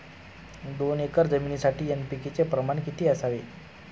दोन एकर जमिनीसाठी एन.पी.के चे प्रमाण किती असावे?